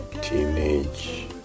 teenage